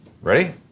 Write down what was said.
Ready